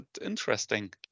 interesting